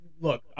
look